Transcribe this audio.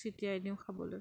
চটিয়াই দিওঁ খাবলৈ